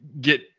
get